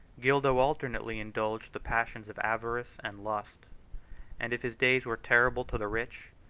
gildo alternately indulged the passions of avarice and lust and if his days were terrible to the rich,